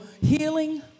healing